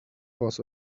was